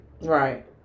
right